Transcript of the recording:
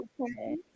Okay